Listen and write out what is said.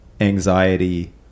anxiety